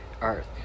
earth